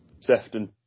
Sefton